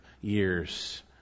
years